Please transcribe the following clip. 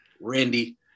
Randy